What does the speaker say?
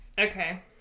Okay